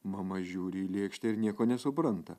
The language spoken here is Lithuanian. mama žiūri į lėkštę ir nieko nesupranta